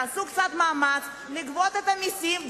תעשו קצת מאמץ לגבות מסים,